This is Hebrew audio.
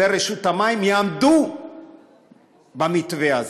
ורשות המים יעמדו במתווה הזה.